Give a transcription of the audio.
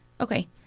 Okay